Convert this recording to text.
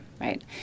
right